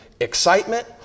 excitement